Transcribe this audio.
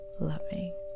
loving